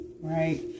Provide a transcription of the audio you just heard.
right